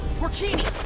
porcini!